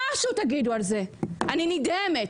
אני נדהמת.